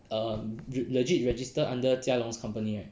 um you legit registered under jia long's company right